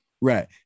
Right